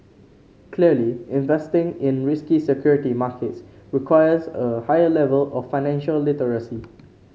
clearly investing in risky security markets requires a higher level of financial literacy